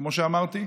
כמו שאמרתי.